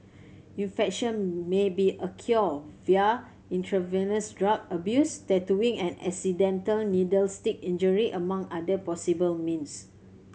infection may be acquired via intravenous drug abuse tattooing and accidental needle stick injury among other possible means